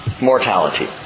mortality